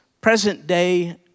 present-day